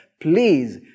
Please